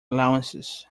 allowances